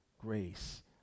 grace